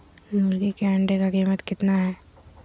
मुर्गी के अंडे का कीमत कितना है?